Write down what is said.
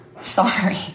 Sorry